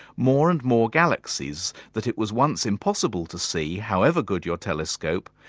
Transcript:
more and more galaxies that it was once impossible to see however good your telescope,